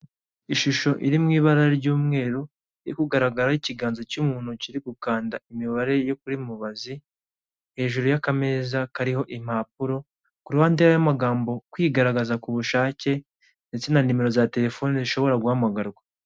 Ishusho iri mu ibara ry'umweru yo kugaragaraho ikiganza cy'umuntu kiri gukanda imibare yo kuri mubazi hejuru y'akameza kariho impapuro kuruhande hariho y'amagambo kwigaragaza ku bushake ndetse na nimero za terefone zishobora guhamagarwa.